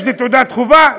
יש לי תעודת חובה,